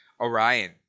Orion